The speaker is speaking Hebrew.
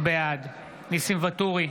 בעד ניסים ואטורי,